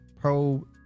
pro